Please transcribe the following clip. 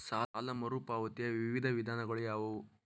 ಸಾಲ ಮರುಪಾವತಿಯ ವಿವಿಧ ವಿಧಾನಗಳು ಯಾವುವು?